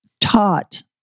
taught